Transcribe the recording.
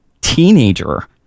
teenager